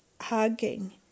hugging